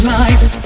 life